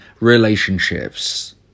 relationships